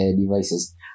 devices